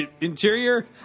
Interior